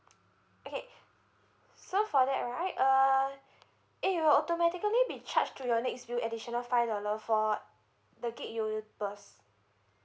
okay so for that right uh it will automatically be charged to your next bill additional five dollar for the gig you burst